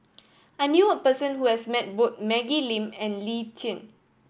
I knew a person who has met both Maggie Lim and Lee Tjin